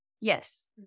Yes